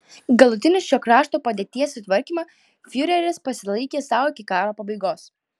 galutinį šio krašto padėties sutvarkymą fiureris pasilaikė sau iki karo pabaigos